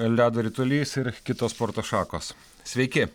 ledo ritulys ir kitos sporto šakos sveiki